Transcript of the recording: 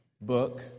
book